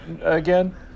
again